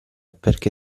perché